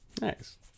Nice